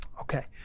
Okay